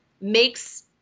makes